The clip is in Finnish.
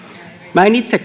minä en itse